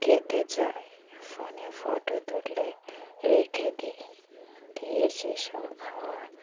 খেতে চাই ফোনে ফটো তুললে রেখে দিই দিয়ে সেসব খাবার